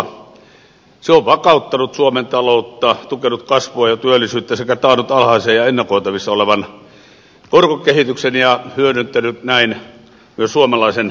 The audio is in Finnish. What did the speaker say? se on vakauttanut suomen taloutta tukenut kasvua ja työllisyyttä sekä taannut alhaisen ja ennakoitavissa olevan korkokehityksen ja hyödyttänyt näin myös suomalaisen arkea